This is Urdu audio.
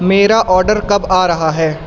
میرا آڈر کب آ رہا ہے